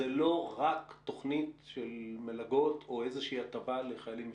זאת לא רק תוכנית של מלגות או איזושהי הטבה לחיילים משוחררים.